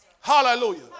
Hallelujah